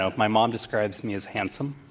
ah my mom describes me as handsome.